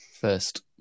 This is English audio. First